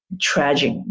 tragic